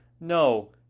No